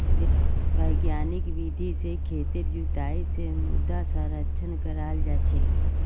वैज्ञानिक विधि से खेतेर जुताई से मृदा संरक्षण कराल जा छे